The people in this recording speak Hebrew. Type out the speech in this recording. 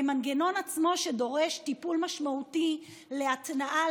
זה המנגנון עצמו שדורש טיפול משמעותי להתנעה,